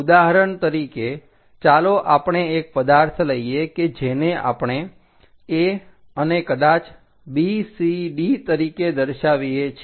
ઉદાહરણ તરીકે ચાલો આપણે એક પદાર્થ લઈએ કે જેને આપણે a અને કદાચ bcd તરીકે દર્શાવીએ છીએ